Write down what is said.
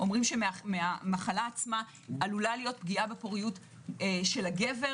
אומרים שמהמחלה עצמה עלולה להיות פגיעה בפוריות של הגבר,